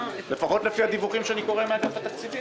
לפחות לפי הדיווחים שאני קורא מאגף התקציבים.